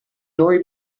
noi